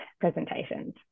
presentations